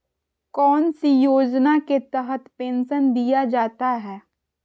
कौन सी योजना के तहत पेंसन दिया जाता है?